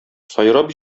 сайрап